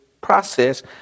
process